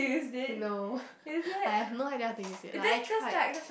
no I have no idea how to use it like I tried